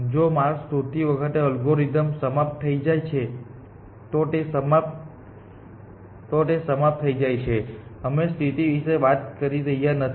જો માર્ગ શોધતી વખતે અલ્ગોરિધમ સમાપ્ત થઇ જાય છે તો તે સમાપ્ત થઈ જાય છે અમે તે સ્થિતિ વિશે વાત કરી રહ્યા નથી